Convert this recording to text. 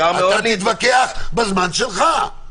אתה תתווכח בזמן שלך.